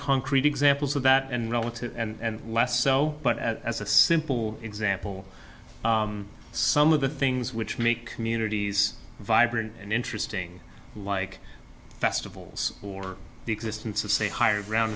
concrete examples of that and relative and less so but as a simple example some of the things which make communities vibrant and interesting like festivals or the existence of say higher ground